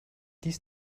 dies